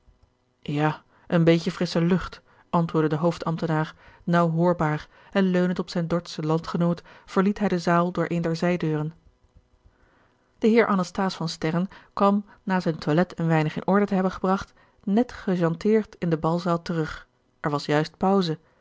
ja een beetje frissche lucht antwoordde de hoofdambtenaar nauw hoorbaar en leunend op zijn dordschen landgenoot verliet hij de zaal door een der zijdeuren de heer anasthase van sterren kwam na zijn toilet een weinig in orde te hebben gebracht net geganteerd in de balzaal terug er was juist pauze